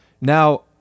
Now